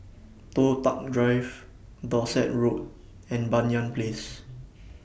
Toh Tuck Drive Dorset Road and Banyan Place